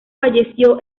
falleció